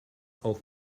auf